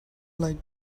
like